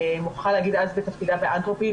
אז בתפקידה באנטרופי,